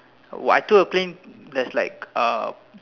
uh I took a claim that's like uh